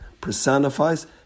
personifies